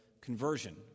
conversion